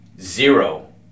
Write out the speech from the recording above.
zero